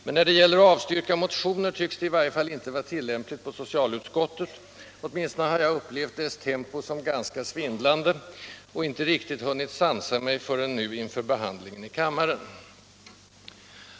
Men när det gäller att avstyrka motioner tycks det i alla fall inte vara tillämpligt på socialutskottet — åtminstone har jag upplevt dess tempo som ganska svindlande och inte riktigt hunnit sansa mig förrän nu inför behandlingen i kammaren.